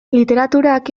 literaturak